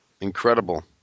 Incredible